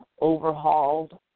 overhauled